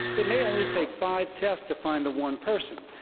it may only take five tests to find the one person,